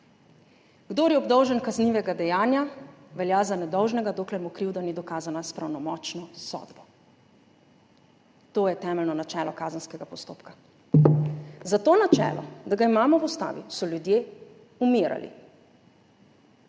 »Kdor je obdolžen kaznivega dejanja, velja za nedolžnega, dokler njegova krivda ni ugotovljena s pravnomočno sodbo.« To je temeljno načelo kazenskega postopka. Za to načelo, da ga imamo v ustavi, so ljudje umirali.